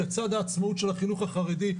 לצד העצמאות של החינוך החרדי,